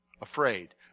Afraid